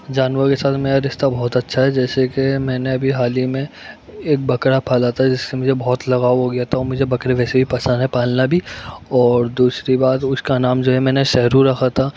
جانوروں کے ساتھ میرا رشتہ بہت اچھا ہے جیسے کہ میں نے ابھی حال ہی میں ایک بکرا پالا تھا جس سے مجھے بہت لگاؤ ہو گیا تھا اور مجھے بکرے ویسے بھی پسند ہیں پالنا بھی اور دوسری بات اس کا نام جو ہے میں نے سہرو رکھا تھا